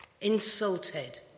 insulted